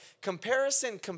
Comparison